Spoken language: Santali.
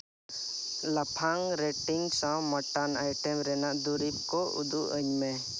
ᱞᱟᱯᱷᱟᱝ ᱨᱮᱴᱤᱝ ᱥᱟᱶ ᱢᱟᱴᱟᱱ ᱟᱭᱴᱮᱢ ᱨᱮᱱᱟᱜ ᱫᱩᱨᱤᱵᱽ ᱠᱚ ᱩᱫᱩᱜ ᱟᱹᱧᱢᱮ